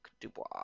Dubois